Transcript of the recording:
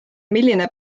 milline